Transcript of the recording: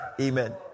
Amen